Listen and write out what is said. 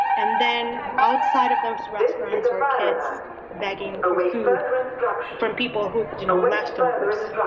and then outside of those restaurants where kids begging for food from people who, you know, leftovers.